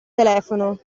telefono